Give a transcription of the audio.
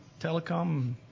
Telecom